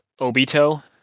Obito